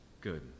good